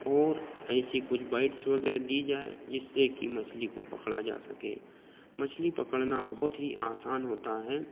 और ऐसी कुछ बाइट्स वगैरह ली जाए जिससे कि मछली को पकड़ा जा सके मछली पकड़ना बहुत ही आसान होता है